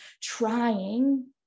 trying